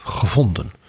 gevonden